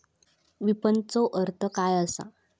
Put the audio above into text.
विपणनचो अर्थ काय असा?